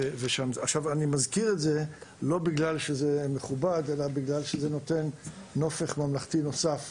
אני מזכיר את זה לא בגלל שזה מכובד אלא בגלל שזה נותן נופך ממלכתי נוסף